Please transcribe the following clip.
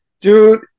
Dude